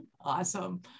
Awesome